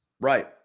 Right